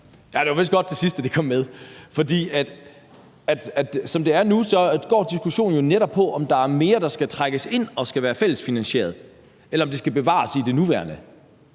Det var vist godt, at det sidste kom med. For som det er nu, går diskussionen jo netop på, om der er mere, der skal trækkes ind og være fællesfinansieret, eller om det skal bevares i den nuværende